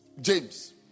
James